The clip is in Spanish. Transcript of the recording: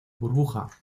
burbuja